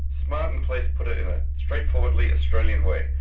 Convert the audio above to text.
smart and place put it in a straightforwardly australian way.